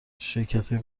شرکتای